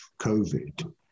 COVID